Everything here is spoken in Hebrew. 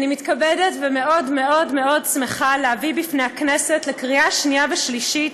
אני מתכבדת ומאוד מאוד מאוד שמחה להביא בפני הכנסת לקריאה שנייה ושלישית